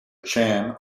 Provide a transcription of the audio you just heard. chan